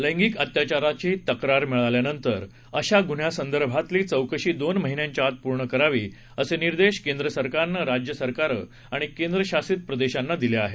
लैंगिक अत्याचाराची तक्रार मिळाल्यानंतर अशा गुन्ह्यांसंदर्भातली चौकशी दोन महिन्यांच्या आत पूर्ण करावी असे निर्देश केंद्र सरकारनं राज्य सरकारं आणि केंद्रशासित प्रदेशांना दिले आहेत